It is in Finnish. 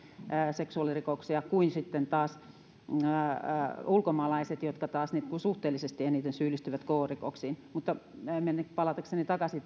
seksuaalirikoksia kuin ulkomaalaisilla jotka taas suhteellisesti eniten syyllistyvät kyseessä oleva rikoksiin mutta palatakseni takaisin